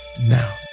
now